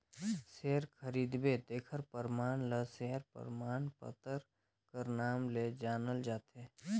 share खरीदबे तेखर परमान ल सेयर परमान पतर कर नांव ले जानल जाथे